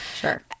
sure